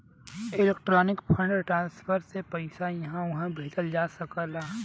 electronic fund transfer से पइसा इहां उहां भेजल जा सकला